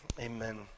amen